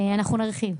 אנחנו נרחיב.